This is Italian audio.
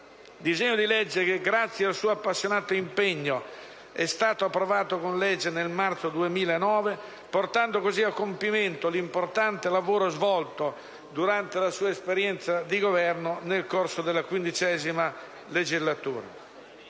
disegno di legge, che grazie al suo appassionato impegno, è stato approvato divenendo la legge 3 marzo 2009, n. 18, portando così a compimento l'importante lavoro svolto durante la sua esperienza di Governo nel corso della XV legislatura.